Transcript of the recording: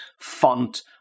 font